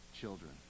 children